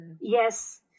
Yes